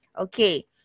okay